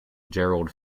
gerald